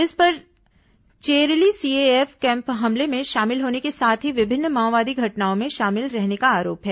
इस पर Cherli CAF camp हमले में शामिल होने के साथ ही विभिन्न माओवादी घटनाओं में शामिल रहने का आरोप है